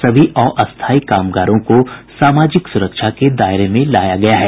सभी अस्थायी कामगारों को सामाजिक सुरक्षा के दायरे में लाया गया है